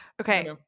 Okay